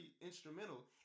instrumental